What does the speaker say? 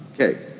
Okay